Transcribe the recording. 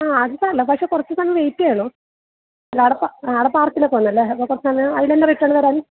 ആ അത് സാരമില്ല പക്ഷേ കുറച്ച് സമയം വെയിറ്റ് ചെയ്യണം അല്ല ആടെ പാ ആടെ പാർക്കിൽ പോവുന്നതല്ലേ അപ്പോൾ കുറച്ച് സമയം ആവും അതിൽ തന്നെ റിട്ടേൺ വരാൻ